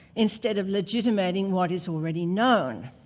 instead of legitimating what is already known.